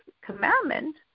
commandment